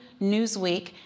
Newsweek